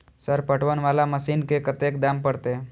Sir पटवन वाला machine के कतेक दाम परतें?